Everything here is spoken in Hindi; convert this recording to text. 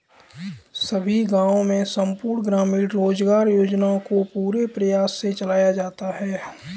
सभी गांवों में संपूर्ण ग्रामीण रोजगार योजना को पूरे प्रयास से चलाया जाता है